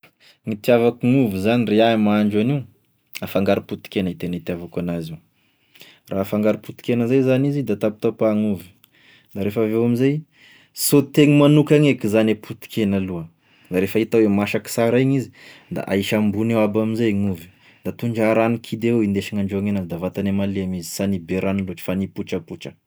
Gn'itiavako gn'ovy zany re iaho mahandro an'io afangaro potikena i tena itiavako an'azy io, raha afangaro potikena zay zany izy da tapitapahina ovy da refa aveo amzay sôtegny magnokany eky zany e potikena aloha da refa hita hoe masaky sara igny izy da ahisy ambony eo aby amizay gn'ovy da tondraha rano kidy avao hindesign'andrahoy an'azy da vantany e malemy izy sa ny be rano loatra fa gn'hipotrapotra, zay.